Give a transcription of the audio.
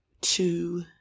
two